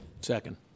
Second